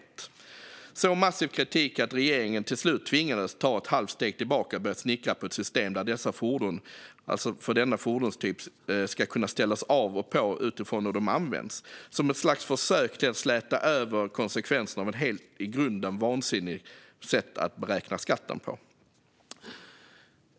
Det var en så massiv kritik att regeringen till slut tvingades ta ett halvt steg tillbaka och börja snickra på ett system där dessa fordon som enda fordonstyp ska kunna ställas av och på utifrån hur de används som ett slags försök till att släta över konsekvenserna av ett i grunden helt vansinnigt sätt att beräkna skatten på.